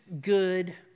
good